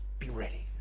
be ready,